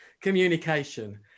communication